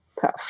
tough